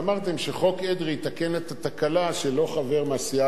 ואמרתם שחוק אדרי יתקן את התקלה שלא חבר מהסיעה